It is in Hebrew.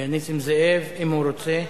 נסים זאב, אם הוא רוצה.